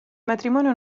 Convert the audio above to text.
matrimonio